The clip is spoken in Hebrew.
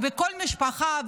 וכל משפחה,